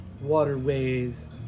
waterways